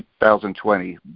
2020